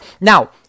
Now